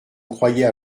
croyait